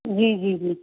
जी जी जी